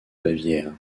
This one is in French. bavière